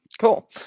Cool